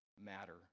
matter